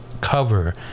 cover